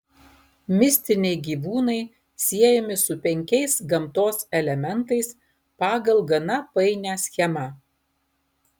mistiniai gyvūnai siejami su penkiais gamtos elementais pagal gana painią schemą